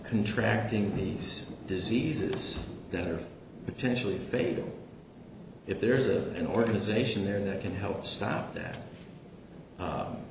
contract in these diseases that are potentially fatal if there is a an organization there that can help stop that